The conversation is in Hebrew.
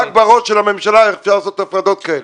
רק בראש של הממשלה ירצו לעשות הפרדות כאלה.